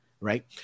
right